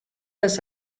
است